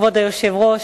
כבוד היושב-ראש,